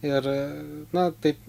ir na taip